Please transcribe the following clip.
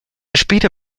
später